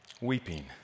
Weeping